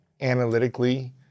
analytically